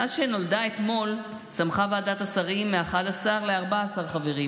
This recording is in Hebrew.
מאז שנולדה אתמול צמחה ועדת השרים מ-11 ל-14 חברים.